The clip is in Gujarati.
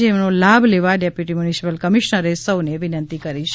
જેનો લાભ લેવા ડેપ્યુટી મ્યુનિસિપલ કમિશ્નરે વિનંતી કરી છે